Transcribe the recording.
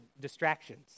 distractions